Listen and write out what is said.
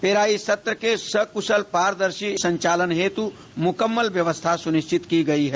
पेराई सत्र के सकुशल व पारदर्शी संचालन हेतु मुकम्मल व्यवस्था सुनिश्चित की गई है